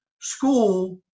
school